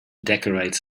decorate